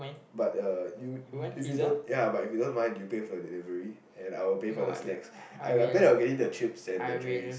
but uh you if you don't mind ya you pay for the delivery and I'll pay for snacks I I plan on getting the chips and the drinks